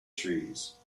trees